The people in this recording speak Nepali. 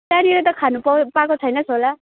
त्यहाँनिर त खान पाउ पाएको छैनस् होला